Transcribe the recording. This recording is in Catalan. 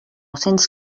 cents